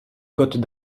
côtes